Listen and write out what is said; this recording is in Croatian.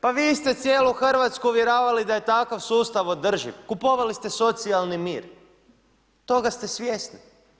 Pa vi ste cijelu Hrvatsku uvjeravali da je takav sustav održiv, kupovali ste socijalni mir, toga ste svjesni.